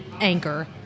Anchor